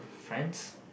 friends